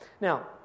Now